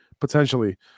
potentially